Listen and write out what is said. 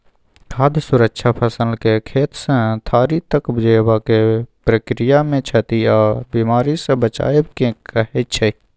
खाद्य सुरक्षा फसलकेँ खेतसँ थारी तक जेबाक प्रक्रियामे क्षति आ बेमारीसँ बचाएब केँ कहय छै